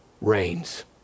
reigns